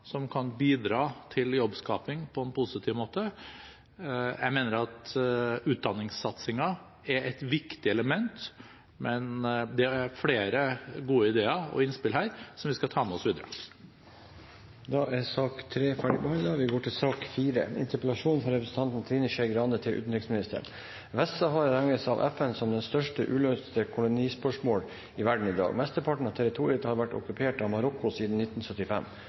som kan bidra til jobbskaping på en positiv måte. Jeg mener at utdanningssatsingen er et viktig element, men det er flere gode ideer og innspill her som vi skal ta med oss videre. Da er sak nr. 3 ferdigbehandlet. Jeg beklager at jeg har laget en interpellasjonstekst som utfordrer presidenten på en del nye ord som